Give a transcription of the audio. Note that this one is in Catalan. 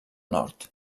nord